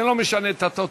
זה לא משנה את התוצאה.